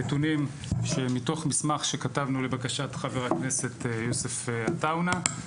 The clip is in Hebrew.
נתונים שמתוך מסמך שכתבנו לבקשת חבר הכנסת יוסף עטאונה.